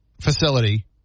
facility